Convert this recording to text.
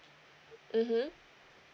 mmhmm